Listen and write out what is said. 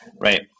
right